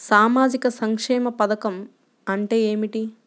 సామాజిక సంక్షేమ పథకం అంటే ఏమిటి?